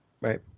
Right